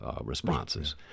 responses